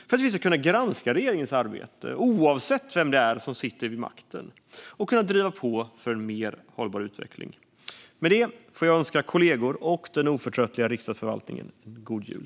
Då kan vi granska regeringens arbete, oavsett vem som sitter vid makten, och driva på för en mer hållbar utveckling. Med det får jag önska kollegor och den oförtröttliga Riksdagsförvaltningen god jul!